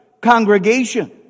congregation